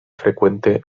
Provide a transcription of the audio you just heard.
frecuente